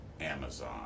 Amazon